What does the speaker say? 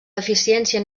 deficiència